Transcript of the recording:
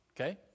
Okay